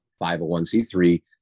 501c3